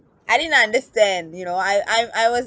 I didn't understand you know I I'm I was